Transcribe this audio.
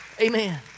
Amen